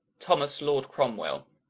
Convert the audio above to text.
thomas lord cromwell